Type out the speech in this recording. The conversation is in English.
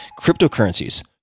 cryptocurrencies